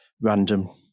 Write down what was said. random